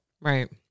Right